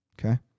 okay